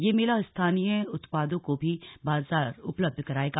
यह मेला स्थानीय उत्पादों को भी बाजार उपलब्ध करायेगा